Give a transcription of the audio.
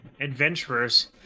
Adventurers